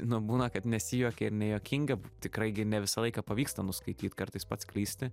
nu būna kad nesijuokia ir nejuokinga tikrai gi ne visą laiką pavyksta nuskaityt kartais pats klysti